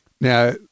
now